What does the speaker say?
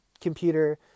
computer